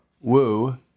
woo